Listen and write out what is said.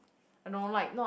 I know like not